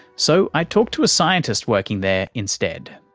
so i talked to a scientist working there instead.